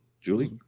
Julie